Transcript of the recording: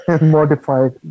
modified